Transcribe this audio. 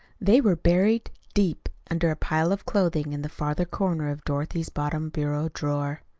they were buried deep under a pile of clothing in the farther corner of dorothy's bottom bureau drawer.